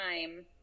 time